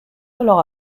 alors